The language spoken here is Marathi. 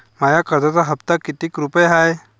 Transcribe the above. माया कर्जाचा हप्ता कितीक रुपये हाय?